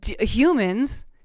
humans